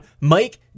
Mike